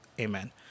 Amen